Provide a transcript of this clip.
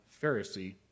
Pharisee